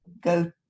go